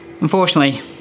unfortunately